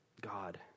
God